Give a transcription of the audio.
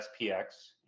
SPX